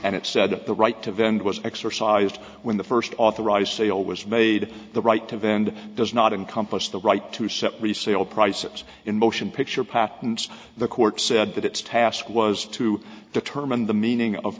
and it said the right to vend was exercised when the first authorized sale was made the right to vend does not encompass the right to set resale prices in motion picture patents the court said that its task was to determine the meaning of